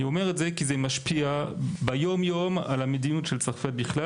אני אומר את זה כי זה משפיע ביום-יום על המדיניות של צרפת בכלל